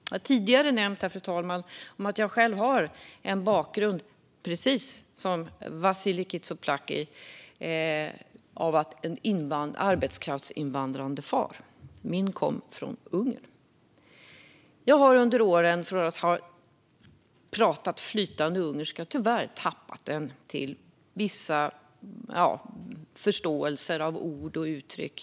Jag har tidigare nämnt här, fru talman, att jag själv precis som Vasiliki Tsouplaki har en bakgrund med en arbetskraftsinvandrande far. Min far kom från Ungern. Från att ha talat flytande ungerska har jag under åren tyvärr tappat förståelsen av många ord och uttryck.